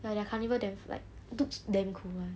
ya their carnival damn like looks damn cool [one]